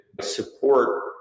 support